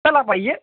कल आप आइये